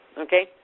Okay